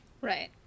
Right